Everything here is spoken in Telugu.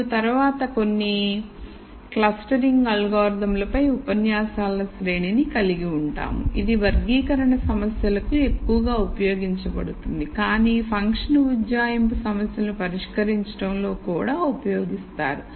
మరియు తరువాత కొన్ని క్లస్టరింగ్ అల్గోరిథంలపై ఉపన్యాసాల శ్రేణిని కలిగి ఉంటాము ఇది వర్గీకరణ సమస్యలకు ఎక్కువగా ఉపయోగించబడుతుంది కానీ ఫంక్షన్ ఉజ్జాయింపు సమస్యలను పరిష్కరించడంలో కూడా ఉపయోగిస్తారు